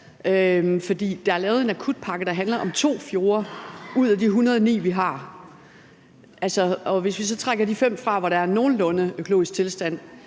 der er lavet en akutpakke, der handler om 2 fjorde ud af de 109, vi har, og hvis vi så trækker de 5 fra, hvor der er en nogenlunde økologisk tilstand,